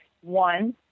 One